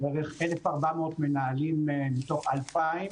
שכוללת 1,400 מנהלים מתוך 2,000